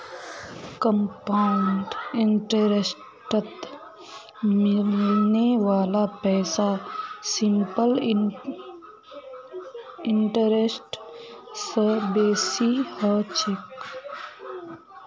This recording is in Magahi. कंपाउंड इंटरेस्टत मिलने वाला पैसा सिंपल इंटरेस्ट स बेसी ह छेक